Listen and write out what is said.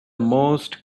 most